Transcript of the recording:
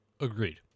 Agreed